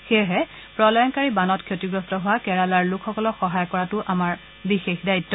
সেয়েহে প্ৰলয়ংকাৰী বানত ক্ষতিগ্ৰস্ত হোৱা কেৰালাৰ লোকসকলক সহায় কৰাটো আমাৰ বিশেষ দায়িত্ব